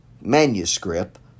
manuscript